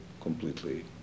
completely